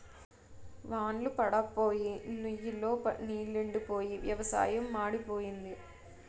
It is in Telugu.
వాన్ళ్లు పడప్పోయి నుయ్ లో నీలెండిపోయి వ్యవసాయం మాడిపోయింది